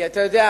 כי אתה יודע,